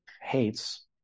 hates